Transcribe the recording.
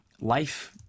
life